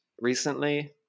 recently